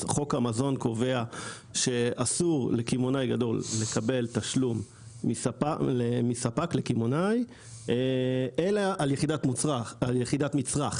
חוק המזון קובע שאסור לקמעונאי גדול לקבל תשלום מספק אלא על יחידת מצרך,